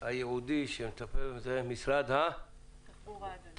הייעודי שיטפל בזה הוא משרד התחבורה.